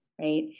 Right